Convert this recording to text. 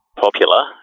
popular